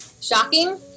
shocking